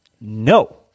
No